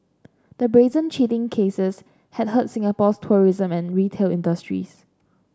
the brazen cheating cases had hurt Singapore's tourism and retail industries